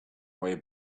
way